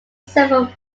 several